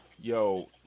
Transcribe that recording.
Yo